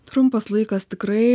trumpas laikas tikrai